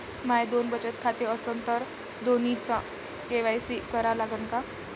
माये दोन बचत खाते असन तर दोन्हीचा के.वाय.सी करा लागन का?